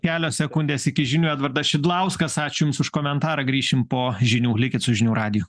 kelios sekundės iki žinių edvardas šidlauskas ačiū jums už komentarą grįšim po žinių likit su žinių radiju